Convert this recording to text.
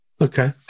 Okay